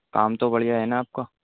کام تو بڑھیا ہے نا آپ کا